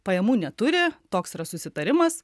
pajamų neturi toks yra susitarimas